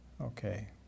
Okay